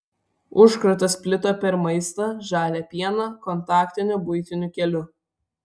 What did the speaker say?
užkratas plito per maistą žalią pieną kontaktiniu buitiniu keliu